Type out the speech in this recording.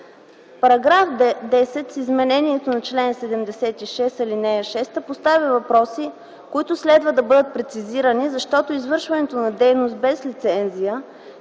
права. -§ 10 с изменението на чл. 76, ал. 6 поставя въпроси, които следва да бъдат прецизирани, защото извършването на дейност без лицензия